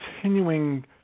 continuing